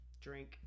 drink